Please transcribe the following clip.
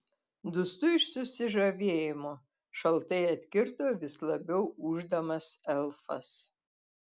dūstu iš susižavėjimo šaltai atkirto vis labiau ūždamas elfas